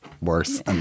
worse